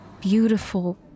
beautiful